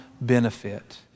benefit